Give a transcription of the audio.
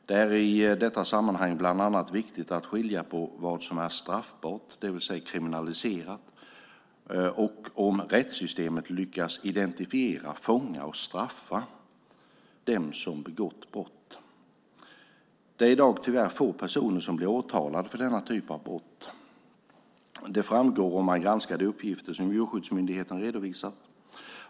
Det är i detta sammanhang bland annat viktigt att skilja på vad som är straffbart, det vill säga kriminaliserat, och om rättssystemet lyckas identifiera, fånga och straffa dem som begått brott. Det är i dag tyvärr få personer som blir åtalade för denna typ av brott. Det framgår om man granskar de uppgifter som Djurskyddsmyndigheten redovisat.